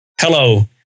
Hello